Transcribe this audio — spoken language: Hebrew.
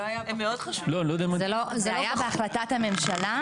זה היה בהחלטת הממשלה.